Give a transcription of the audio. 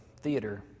theater